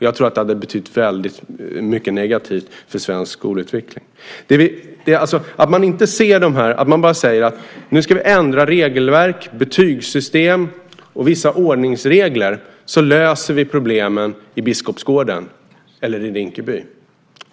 Jag tror att det hade betytt väldigt mycket negativt för svensk skolutveckling. Ni verkar säga så här: Nu ska vi ändra regelverk, betygssystem och vissa ordningsregler, så löser vi problemen i Biskopsgården eller i Rinkeby.